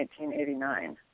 1989